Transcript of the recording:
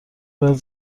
بهت